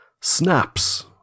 Snaps